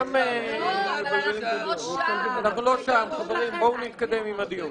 --- אנחנו לא שם, בואו נתקדם עם הדיון.